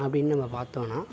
அப்படினு நம்ப பார்த்தோனா